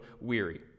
weary